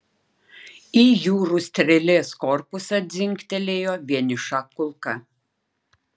į jūrų strėlės korpusą dzingtelėjo vieniša kulka